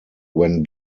when